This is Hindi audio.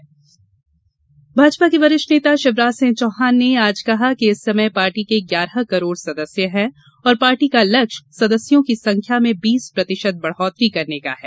सदस्यता अभियान भाजपा के वरिष्ठ नेता शिवराज सिंह चौहान ने आज कहा कि इस समय पार्टी के ग्यारह करोड़ सदस्य हैं और पार्टी का लक्ष्य सदस्यों की संख्या में बीस प्रतिशत बढ़ोतरी करने का है